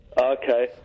Okay